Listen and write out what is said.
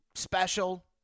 Special